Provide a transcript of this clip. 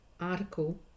article